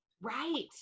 Right